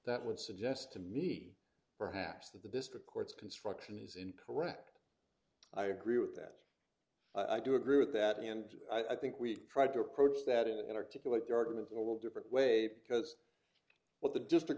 that would suggest to me perhaps that the vista courts construction is incorrect i agree with that i do agree with that and i think we tried to approach that in an articulate their argument a little different weight because what the district